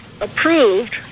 approved